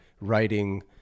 writing